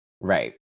Right